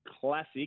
classic